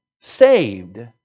saved